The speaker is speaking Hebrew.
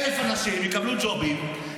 1,000 אנשים יקבלו ג'ובים,